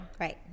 Right